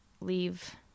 leave